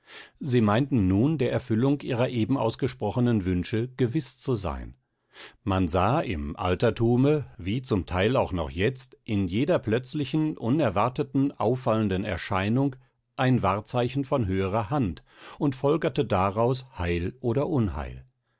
sie meinten nun der erfüllung ihrer eben ausgesprochenen wünsche gewiß zu sein man sah im altertume wie zum teil auch noch jetzt in jeder plötzlichen unerwarteten auffallenden erscheinung ein wahrzeichen von höherer hand und folgerte daraus heil oder unheil